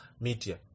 media